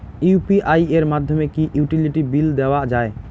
UPI এর মাধ্যমে কি ইউটিলিটি বিল দেওয়া যায়?